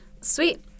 Sweet